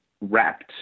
wrapped